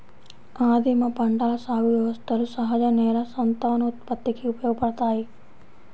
ఆదిమ పంటల సాగు వ్యవస్థలు సహజ నేల సంతానోత్పత్తికి ఉపయోగపడతాయి